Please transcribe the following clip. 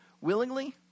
willingly